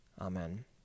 Amen